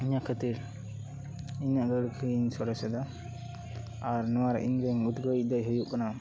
ᱤᱱᱟᱹ ᱠᱷᱟᱹᱛᱤᱨ ᱤᱧᱟᱹᱜ ᱜᱟᱲᱩ ᱠᱷᱤᱭᱟᱹᱧ ᱥᱚᱨᱮᱥ ᱮᱫᱟ ᱟᱨ ᱱᱚᱣᱟ ᱤᱧ ᱨᱮᱱ ᱩᱫᱽᱜᱟᱹᱣᱤᱡ ᱫᱚᱭ ᱦᱩᱭᱩᱜ ᱠᱟᱱᱟ